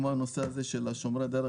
כמו נושא "שומרי הדרך",